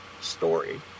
story